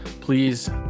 Please